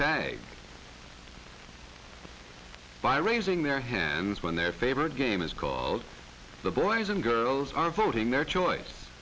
tag by raising their hands when their favorite game is called the boys and girls are voting their choice